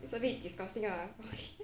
it's a bit disgusting lah